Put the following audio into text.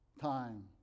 Time